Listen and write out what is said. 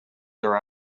are